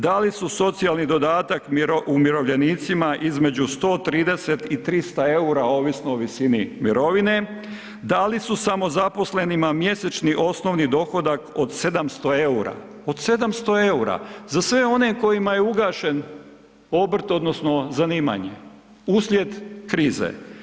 Dali su socijalni dodatak umirovljenicima između 130 i 300 eura ovisno o visini mirovine, dali su samozaposlenima mjesečni osnovni dohodak od 700 eura, od 700 eura, za sve one kojima je ugašen obrt odnosno zanimanje uslijed krize.